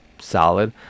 solid